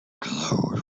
glowed